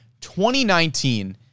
2019